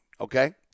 Okay